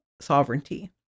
sovereignty